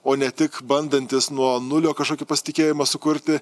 o ne tik bandantys nuo nulio kažkokį pasitikėjimą sukurti